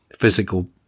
physical